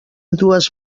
dues